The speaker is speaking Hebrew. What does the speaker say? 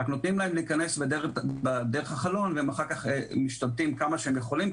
נותנים להם להיכנס דרך החלון והם אחר כך משתלטים כמה שהם יכולים.